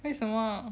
为什么